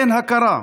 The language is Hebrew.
אין הכרה.